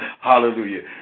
Hallelujah